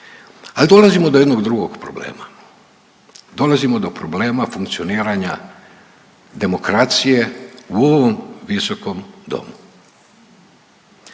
ali dolazimo do jednog drugog problema. Dolazimo do problema funkcioniranja demokracije u ovom viskom domu.